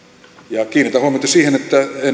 kiinnitän huomiota siihen että en